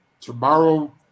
tomorrow